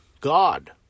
God